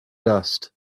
dust